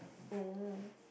oh